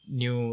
new